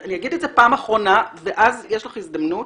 אני אגיד את זה פעם אחרונה ואז יש לך הזדמנות